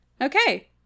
Okay